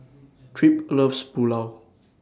Tripp loves Pulao